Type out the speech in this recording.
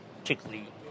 particularly